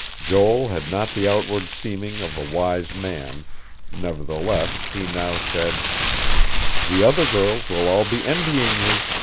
joel had not the outward seeming of a wise man nevertheless he now said the other girls will all be envying you.